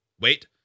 Wait